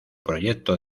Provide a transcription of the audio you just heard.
proyecto